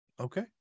okay